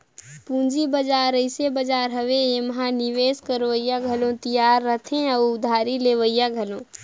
पंूजी बजार अइसे बजार हवे एम्हां निवेस करोइया घलो तियार रहथें अउ उधारी लेहोइया घलो